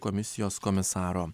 komisijos komisaro